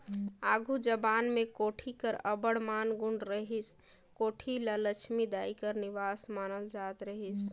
आघु जबाना मे कोठी कर अब्बड़ मान गुन रहत रहिस, कोठी ल लछमी दाई कर निबास मानल जात रहिस